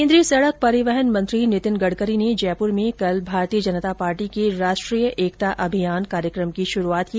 केन्द्रीय सड़क परिवहन मंत्री नितिन गड़करी ने जयपुर में कल भारतीय जनता पार्टी के राष्ट्रीय एकता अभियान कार्यक्रम की शुरूआत की